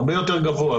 הרבה יותר גבוה,